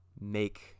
make